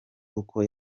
uko